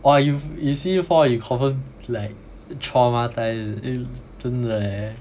!wah! you you see him fall you confirm like tramautised leh